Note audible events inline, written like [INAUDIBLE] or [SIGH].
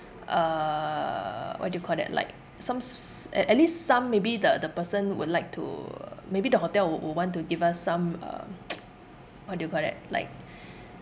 uh what do you call that like some s~ at at least some maybe the the person would like to maybe the hotel wou~ would want to give us some um [NOISE] what do you call that like